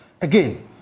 again